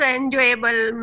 enjoyable